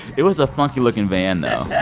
it was a funky looking van, though